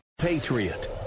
Patriot